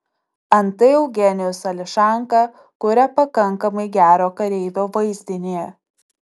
antai eugenijus ališanka kuria pakankamai gero kareivio vaizdinį